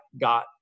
got